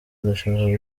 ndashaka